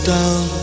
down